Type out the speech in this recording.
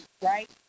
Right